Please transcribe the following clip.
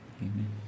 Amen